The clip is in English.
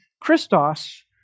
Christos